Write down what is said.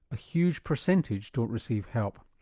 a huge percentage don't receive help.